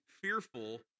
fearful